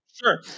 Sure